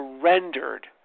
surrendered